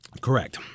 Correct